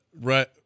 right